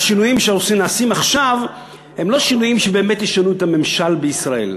השינויים שנעשים עכשיו הם לא שינויים שבאמת ישנו את הממשל בישראל.